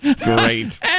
Great